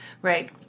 Right